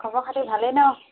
খবৰ খাতি ভালেই ন'